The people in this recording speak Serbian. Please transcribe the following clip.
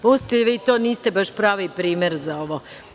Pustite vi to, niste baš pravi primer za ovo.